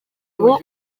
ubu